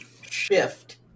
shift